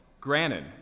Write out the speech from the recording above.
granted